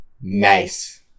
nice